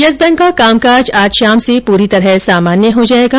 yes Bank का कामकाज आज शाम से पूरी तरह सामान्य हो जाएगा